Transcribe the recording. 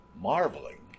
marveling